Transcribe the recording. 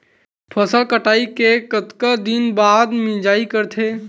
फसल कटाई के कतका दिन बाद मिजाई करथे?